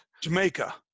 Jamaica